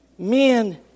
Men